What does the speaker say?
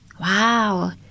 Wow